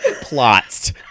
plots